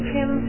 Kim